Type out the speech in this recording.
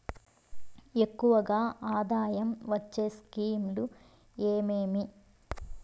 ఎక్కువగా ఆదాయం వచ్చే స్కీమ్ లు ఏమేమీ?